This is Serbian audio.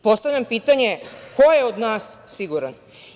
Postavljam pitanje, ko je od nas siguran?